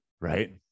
Right